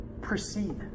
proceed